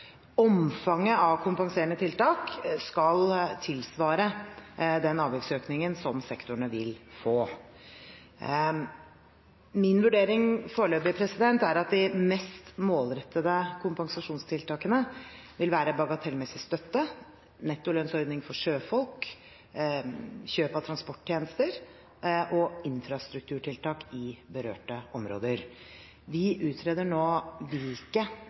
Min foreløpige vurdering er at de mest målrettede kompensasjonstiltakene vil være bagatellmessig støtte, nettolønnsordning for sjøfolk, kjøp av transporttjenester og infrastrukturtiltak i berørte områder. Vi utreder nå